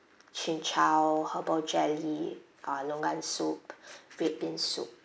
chin-chow herbal jelly uh longan soup red bean soup